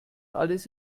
alles